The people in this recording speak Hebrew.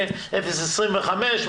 0.25%,